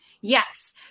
yes